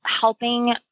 helping